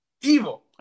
evil